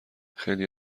خیلی